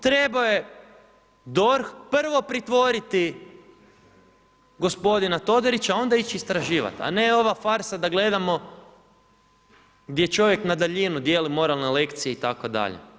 Trebao je DORH prvo pritvoriti gospodina Todorića, a onda ići istraživati, a ne ova farsa da gledamo gdje čovjek na daljinu dijeli moralne lekcije itd.